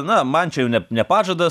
na man čia jau ne ne pažadas